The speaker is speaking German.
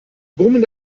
brummen